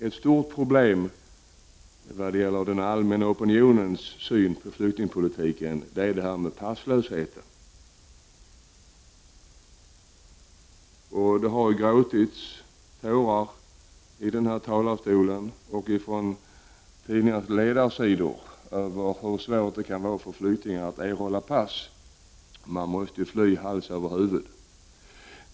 Ett stort problem när det gäller den allmänna opinionens syn på flyktingpolitiken är frågan om passlösheten. Det har gråtits krokodiltårar i denna talarstol och på tidningarnas ledarsidor över hur svårt det kan vara för flyktingar att erhålla pass — man måste ju fly hals över huvud.